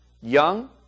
Young